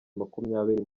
makumyabiri